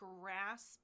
grasp